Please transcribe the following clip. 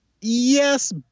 Yes